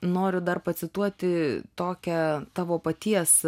noriu dar pacituoti tokią tavo paties